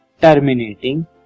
terminating